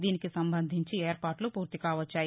దీనికి సంబంధించి ఏర్పాట్లు పూర్తికాహొచ్చాయి